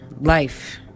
life